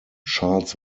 charles